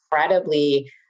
incredibly